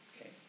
okay